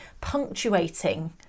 punctuating